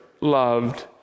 loved